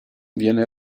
viene